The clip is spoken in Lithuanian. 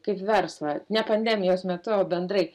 kaip verslą ne pandemijos metu o bendrai